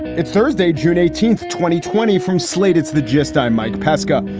it's thursday, june eighteenth, twenty twenty from slate, it's the gist. i'm mike pesca.